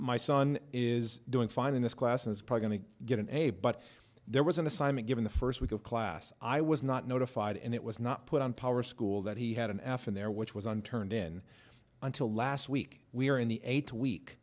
my son is doing fine in this class and is probably going to get an a but there was an assignment given the first week of class i was not notified and it was not put on power school that he had an f in there which was unturned in until last week we're in the eighth week